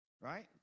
Right